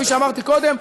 כפי שאמרתי קודם,